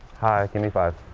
hi, give me but